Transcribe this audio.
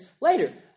later